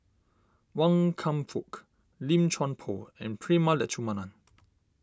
Wan Kam Fook Lim Chuan Poh and Prema Letchumanan